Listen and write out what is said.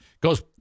goes